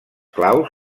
claus